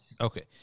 Okay